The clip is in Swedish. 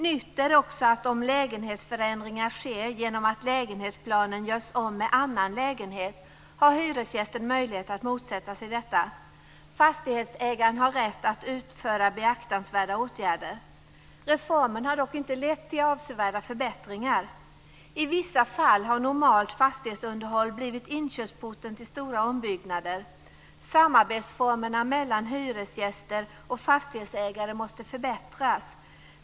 Nytt är också att om lägenhetsförändringar sker genom att lägenhetsplanen görs om med annan lägenhet, har hyresgästen möjlighet att motsätta sig detta. Fastighetsägaren har rätt att utföra beaktansvärda åtgärder. Reformen har dock inte lett till avsevärda förbättringar. I vissa fall har normalt fastighetsunderhåll blivit inkörsporten till stora ombyggnader. Formerna för samarbete mellan hyresgäster och fastighetsägare måste förbättras.